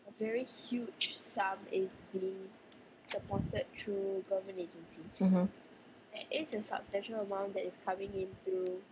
mmhmm